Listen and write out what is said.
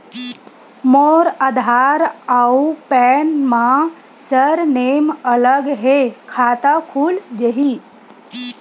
मोर आधार आऊ पैन मा सरनेम अलग हे खाता खुल जहीं?